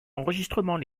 enregistrements